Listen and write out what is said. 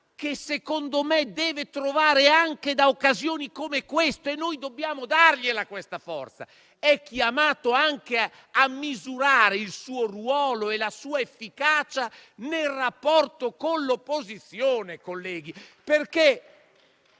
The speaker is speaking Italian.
che secondo me deve trovare anche da occasioni come questa e noi dobbiamo dargli questa forza - a misurare il suo ruolo e la sua efficacia nel rapporto con l'opposizione, colleghi.